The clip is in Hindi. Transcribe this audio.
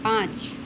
पाँच